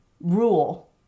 rule